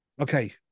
Okay